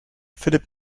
philip